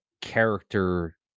character